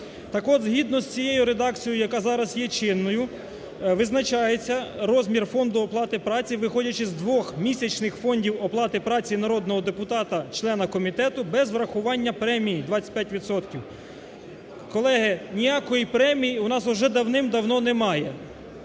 Так от, згідно з цією редакцією, яка зараз є чинною, визначається розмір фонду оплати праці виходячи з двох місячних фондів оплати праці народного депутата члена комітету без врахування премії 25 відсотків. Колеги, ніякої премії у нас вже давним-давно немає.